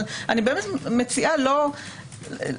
אבל אני באמת מציעה לא להכריע,